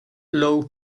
low